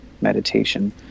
meditation